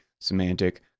semantic